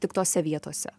tik tose vietose